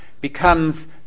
becomes